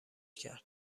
کرد